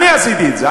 אני עשיתי את זה,